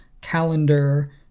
calendar